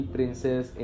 Princess